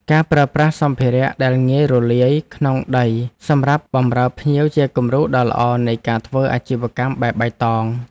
ការប្រើប្រាស់សម្ភារៈដែលងាយរលាយក្នុងដីសម្រាប់បម្រើភ្ញៀវជាគំរូដ៏ល្អនៃការធ្វើអាជីវកម្មបែបបៃតង។